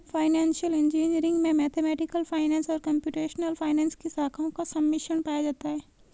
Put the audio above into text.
financial engineering में mathematical finance और computational finance की शाखाओं का सम्मिश्रण पाया जाता है